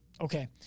Okay